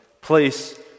place